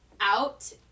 out